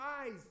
eyes